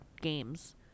games